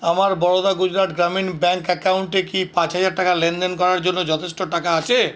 আমার বরোদা গুজরাট গ্রামীণ ব্যাংক অ্যাকাউন্টে কি পাঁচ হাজার টাকা লেনদেন করার জন্য যথেষ্ট টাকা আছে